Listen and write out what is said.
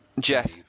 Jeff